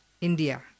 India